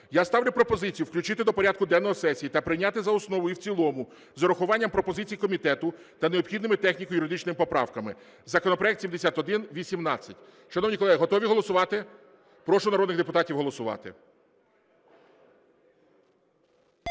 Я ставлю пропозицію включити до порядку денного сесії та прийняти за основу і в цілому з урахуванням пропозицій комітету та необхідними техніко-юридичними поправками законопроект 7118. Шановні колеги, готові голосувати? Прошу народних депутатів голосувати.